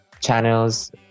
channels